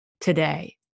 today